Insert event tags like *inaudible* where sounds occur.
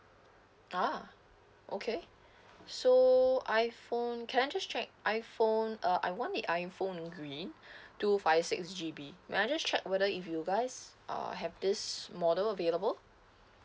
ah okay *breath* so iPhone can I just check iPhone uh I want the iPhone grey *breath* two five six G_B may I just check whether if you guys ah have this model available